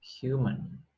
human